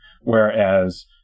whereas